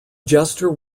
jester